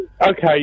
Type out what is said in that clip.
okay